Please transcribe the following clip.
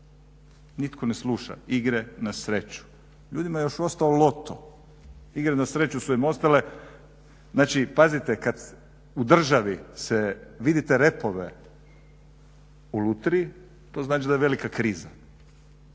Nitko ne sluša, igre na sreću. Ljudima je još ostalo loto, igre na sreću su im ostale. Znači, pazite, kada u državi vidite redove u lutriji to znači da je velika kriza.